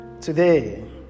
Today